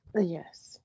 Yes